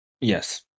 Yes